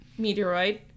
meteoroid